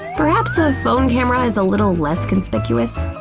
perhaps a phone camera is a little less conspicuous.